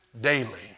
daily